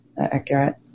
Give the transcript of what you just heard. accurate